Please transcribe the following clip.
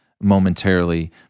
momentarily